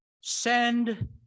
send